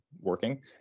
working